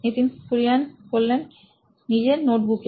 Nitin Kurian C O O নোইন electronics নিজের নোটবুকে